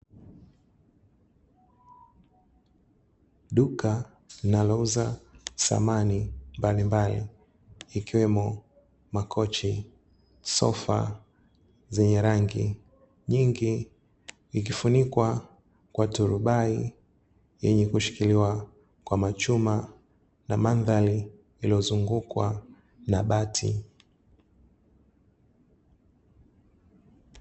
Duka linalouza samani mbalimbali ikiwemo: makochi, sofa zenye rangi nyingi ikifunikwa kwa turubai lenye kushikiliwa kwa machuma na mandhari iliyozungukwa na bati.